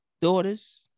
daughters